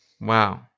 Wow